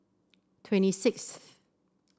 twenty sixth